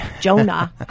Jonah